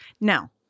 Now